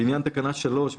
לעניין תקנה 3,